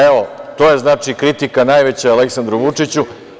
Evo, znači, to je kritika najveća Aleksandru Vučiću.